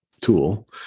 tool